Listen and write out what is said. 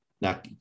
Now